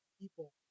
people